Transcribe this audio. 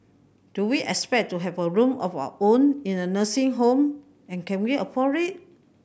do we expect to have a room of our own in a nursing home and can we afford it